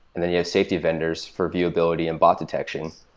and then you have safety vendors for viewabilty and bot detection.